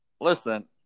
Listen